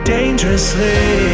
Dangerously